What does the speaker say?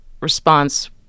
response